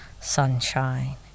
sunshine